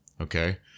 Okay